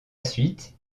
suite